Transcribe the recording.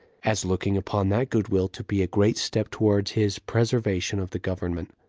as looking upon that good-will to be a great step towards his preservation of the government.